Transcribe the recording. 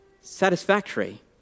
satisfactory